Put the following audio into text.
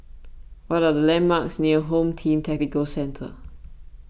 what are the landmarks near Home Team Tactical Centre